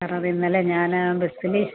sir അത് ഇന്നലെ ഞാൻ ആ ബസ്സിൽ